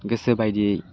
गोसो बायदियै